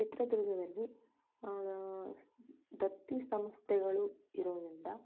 ಚಿತ್ರದುರ್ಗದಲ್ಲಿ ದತ್ತಿ ಸಂಸ್ಥೆಗಳು ಇರುವುದರಿಂದ